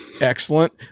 Excellent